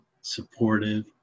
supportive